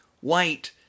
white